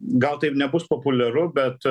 gal tai ir nebus populiaru bet